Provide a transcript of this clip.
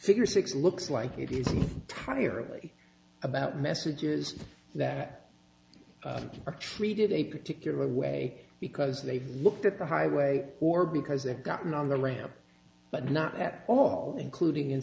figure six looks like it is a tire only about messages that are treated a particular way because they've looked at the highway or because they've gotten on the ramp but not at all including in